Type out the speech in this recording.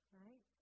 right